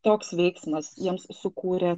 toks veiksmas jiems sukūrė